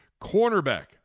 Cornerback